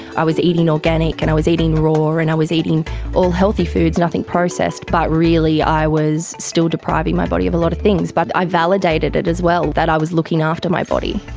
i was eating organic and i was eating raw and i was eating all healthy foods, nothing processed. but really i was still depriving my body of a lot of things. but i validated it as well, that i was looking after my body.